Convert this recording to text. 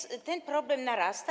Ten problem narasta.